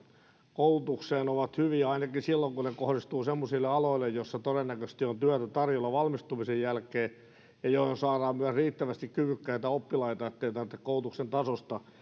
koulutukseen ovat hyviä ainakin silloin kun ne kohdistuvat semmoisille aloille joissa todennäköisesti on työtä tarjolla valmistumisen jälkeen ja joihin saadaan myös riittävästi kyvykkäitä oppilaita ettei tarvitse koulutuksen tasosta